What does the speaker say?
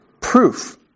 proof